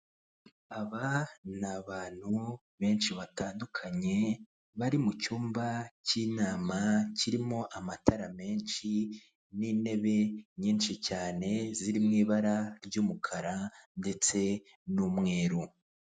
Aba ni abantu benshi batandukanye bari mu cyumba k'inama kirimo amatara menshi n'intebe nyinshi cyane ziri mu ibara ry'umukara ndetse n'umweru.